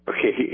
Okay